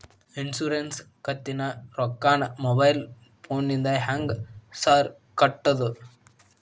Insurance ಕಂತಿನ ರೊಕ್ಕನಾ mobile ಫೋನಿಂದ ಹೆಂಗ್ ಸಾರ್ ಕಟ್ಟದು?